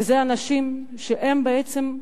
וזה אנשים שהם בעצם,